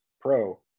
Pro